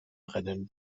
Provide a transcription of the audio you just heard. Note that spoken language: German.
rennen